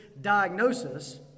diagnosis